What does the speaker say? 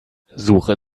suche